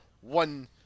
one